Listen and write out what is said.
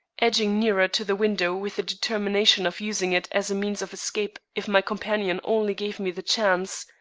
edging nearer to the window with the determination of using it as a means of escape if my companion only gave me the chance.